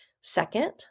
second